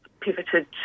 pivoted